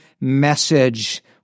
message